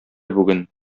бүген